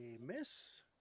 miss